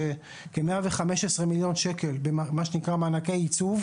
כ-115 מיליון שקלים במה שנקרא מענקי ייצוב